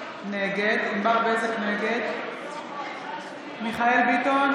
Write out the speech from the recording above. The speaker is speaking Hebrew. אינו נוכח ענבר בזק, נגד מיכאל מרדכי ביטון,